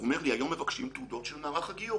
הוא אומר לי: היום מבקשים תעודות של מערך הגיור.